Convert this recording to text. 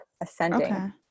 ascending